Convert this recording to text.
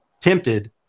tempted